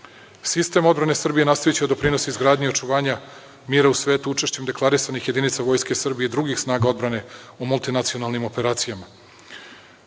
odbrane Srbije nastaviće da doprinosi izgradnji i očuvanja mira u svetu učešćem deklarisanih jedinica Vojske Srbije i drugih snaga odbrane u multinacionalnim operacijama.